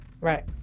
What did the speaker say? Right